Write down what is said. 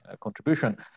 contribution